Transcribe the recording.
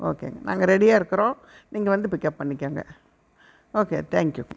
ஓகேங்க நாங்கள் ரெடியாக இருக்கிறோம் நீங்கள் வந்து பிக்அப் பண்ணிக்கோங்க ஓகே தேங்க்யூ